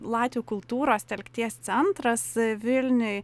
latvių kultūros telkties centras vilniuj